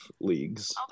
leagues